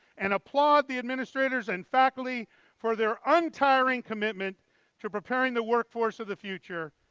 and applaud the administrators and faculty for their untiring commitment to preparing the workforce of the future.